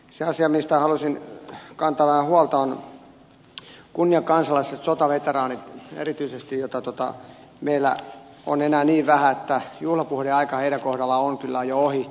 se asia mistä halusin kantaa vähän huolta on kunniakansalaiset sotaveteraanit erityisesti joita meillä on enää niin vähän että juhlapuheiden aika heidän kohdallaan on kyllä jo ohi